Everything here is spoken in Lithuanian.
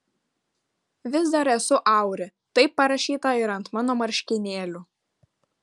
vis dar esu auri taip parašyta ir ant mano marškinėlių